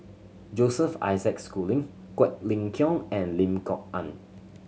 Joseph Isaac Schooling Quek Ling Kiong and Lim Kok Ann